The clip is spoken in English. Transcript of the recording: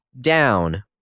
down